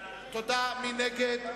מי נגד?